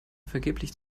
vergeblich